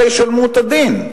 האנשים האלה ייתנו את הדין,